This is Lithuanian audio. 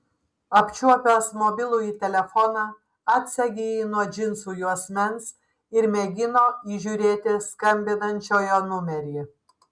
apčiuopęs mobilųjį telefoną atsegė jį nuo džinsų juosmens ir mėgino įžiūrėti skambinančiojo numerį